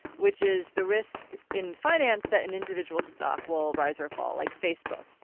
which is the risk in finance that an individual stock will rise or fall, like facebook.